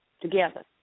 together